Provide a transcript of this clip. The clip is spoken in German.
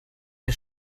der